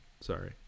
Sorry